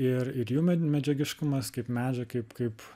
ir ir jų me medžiagiškumas kaip medžio kaip kaip